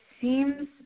seems